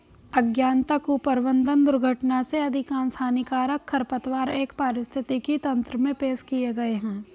अज्ञानता, कुप्रबंधन, दुर्घटना से अधिकांश हानिकारक खरपतवार एक पारिस्थितिकी तंत्र में पेश किए गए हैं